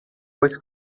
pois